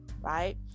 right